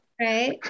right